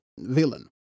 villain